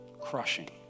crushing